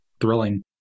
thrilling